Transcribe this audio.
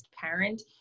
parent